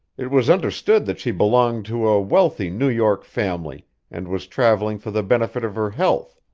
it was understood that she belonged to a wealthy new york family and was traveling for the benefit of her health.